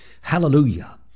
Hallelujah